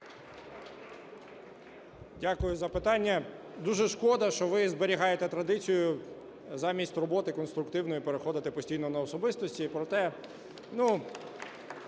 Дякую за питання. Дуже шкода, що ви зберігаєте традицію замість роботи конструктивної переходити постійно на особистості.